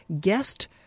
guest